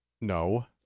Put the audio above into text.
No